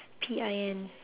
P I N